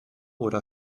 oder